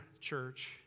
church